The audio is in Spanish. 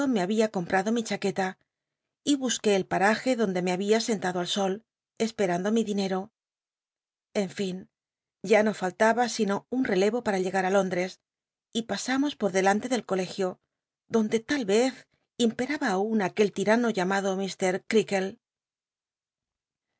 babia comprado mi chaqueta y busqué el paraje donde me babia sentado al sol esperando mi dinero en fin ya no faltaba sino un cle o para llegar ú lóndres y pasam os por delan te del colegio donde tal ycz imperaba aun aquel tirano llamado